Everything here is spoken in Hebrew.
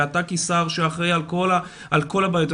ואתה כשר שאחראי על כל הבעיות,